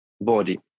body